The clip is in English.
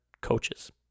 coaches